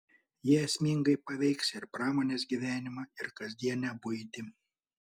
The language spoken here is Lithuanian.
jie esmingai paveiks ir pramonės gyvenimą ir kasdienę buitį